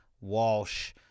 Walsh